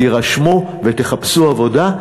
תירשמו ותחפשו עבודה,